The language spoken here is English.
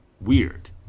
weird